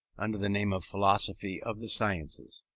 under the name of philosophy of the sciences.